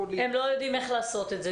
הם לא יודעים איך לעשות את זה.